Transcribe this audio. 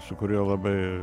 su kuriuo labai